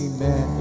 Amen